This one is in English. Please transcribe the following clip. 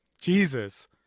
Jesus